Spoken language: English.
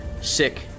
sick